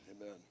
Amen